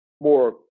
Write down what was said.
more